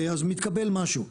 אז מתקבל משהו.